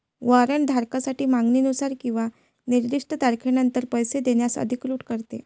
warrant धारकास मागणीनुसार किंवा निर्दिष्ट तारखेनंतर पैसे देण्यास अधिकृत करते